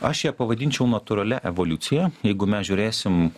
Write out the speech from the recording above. aš ją pavadinčiau natūralia evoliucija jeigu mes žiūrėsim